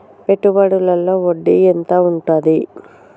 పెట్టుబడుల లో వడ్డీ ఎంత ఉంటది?